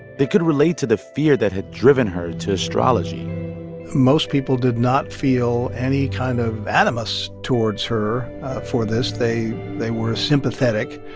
they could relate to the fear that had driven her to astrology most people did not feel any kind of animus towards her for this. they they were sympathetic,